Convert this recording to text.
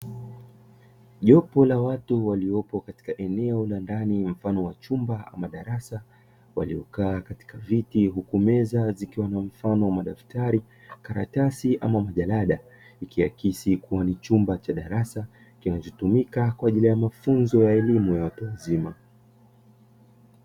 Jopo la watu waliopo katika eneo la ndani mfano wa chumba cha darasa waliokaa katika viti huku meza zikiwa na daftari, karatasi ama majarada ikiaksi kuwa ni chumba cha darasa kinachotumika kwa ajili ya mafunzo ya watu wazima.